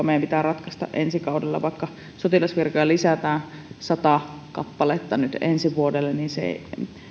meidän pitää ratkaista ensi kaudella vaikka sotilasvirkoja lisätään sata kappaletta nyt ensi vuodelle niin se